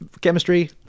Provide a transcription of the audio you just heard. chemistry